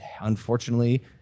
unfortunately